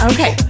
Okay